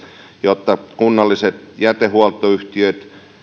jotta kunnalliset jätehuoltoyhtiöt